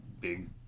big